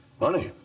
money